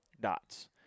dots